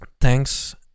thanks